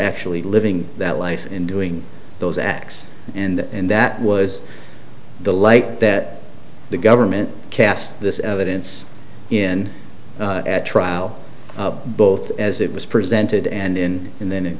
actually living that life and doing those acts and that was the light that the government cast this evidence in at trial both as it was presented and in and then